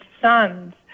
sons